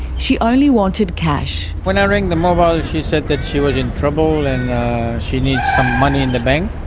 she only wanted cash. when i rang the mobile she said that she was in trouble and that she needed some money in the bank,